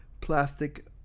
plastic